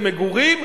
למגורים.